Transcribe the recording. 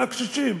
ולקשישים